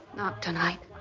tonight.